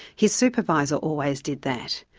his supervisor always did that.